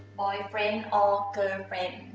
boyfriend or girlfriend.